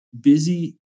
busy